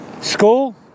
School